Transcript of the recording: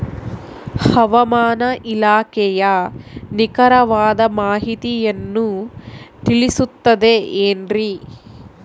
ಹವಮಾನ ಇಲಾಖೆಯ ನಿಖರವಾದ ಮಾಹಿತಿಯನ್ನ ತಿಳಿಸುತ್ತದೆ ಎನ್ರಿ?